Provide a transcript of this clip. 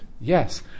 Yes